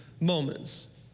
moments